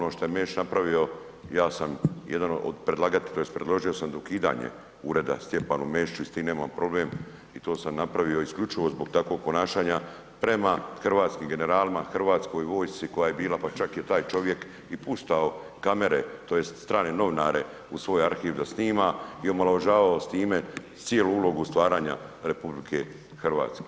Apsolutno, ono šta je Mesić napravio, ja sam jedan od predlagatelja, tj. predložio sam ukidanje ureda Stjepanu Mesiću i s tim nemam problem i to sam napravio isključivo zbog takvog ponašanja prema hrvatskim generalima, hrvatskoj vojsci koja je bila, pa čak je taj čovjek puštao, tj. strane novinare u svoj arhiv da snima i omalovažavao s time cijelu ulogu stvaranja RH.